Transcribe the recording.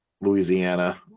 Louisiana